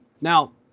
Now